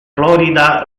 florida